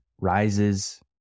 Rises